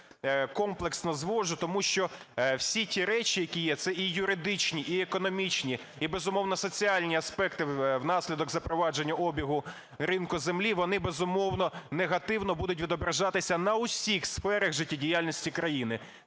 комплексно звожу? Тому що всі ті речі, які є: це і юридичні, і економічні, і, безумовно, соціальні аспекти внаслідок запровадження обігу ринку землі, - вони, безумовно, негативно будуть відображатися на усіх сферах життєдіяльності країни.